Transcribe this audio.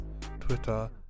twitter